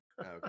Okay